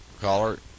Caller